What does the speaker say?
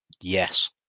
Yes